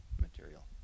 material